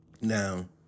Now